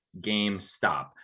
GameStop